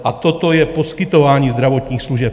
A toto je poskytování zdravotních služeb.